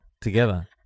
together